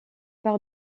par